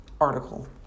article